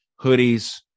hoodies